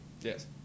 Yes